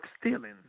stealing